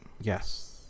Yes